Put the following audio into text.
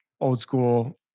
old-school